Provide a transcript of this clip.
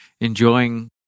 enjoying